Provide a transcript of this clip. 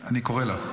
אני קורא לך.